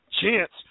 chance